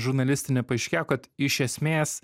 žurnalistinį paaiškėjo kad iš esmės